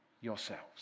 yourselves